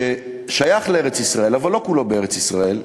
ששייך לארץ-ישראל, אבל לא כולו בארץ-ישראל,